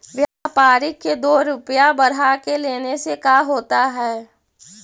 व्यापारिक के दो रूपया बढ़ा के लेने से का होता है?